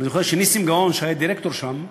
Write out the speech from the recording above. ואני זוכר שנסים גאון, שהיה דירקטור שם,